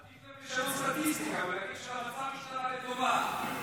עדיף להם לשנות סטטיסטיקה ולהגיד שהמצב השתנה לטובה,